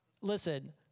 Listen